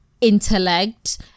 intellect